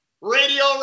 Radio